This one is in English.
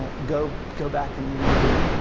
ah go go back and read it,